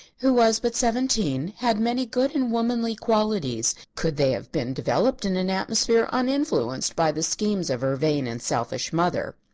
who was but seventeen, had many good and womanly qualities, could they have been developed in an atmosphere uninfluenced by the schemes of her vain and selfish mother.